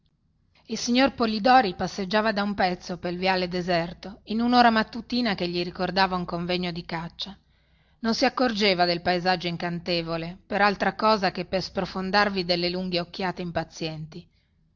il signor polidori passeggiava da un pezzo pel viale deserto in unora mattutina che gli ricordava un convegno di caccia non si accorgeva del paesaggio incantevole per altra cosa che per sprofondarvi delle lunghe occhiate impazienti